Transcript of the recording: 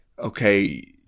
okay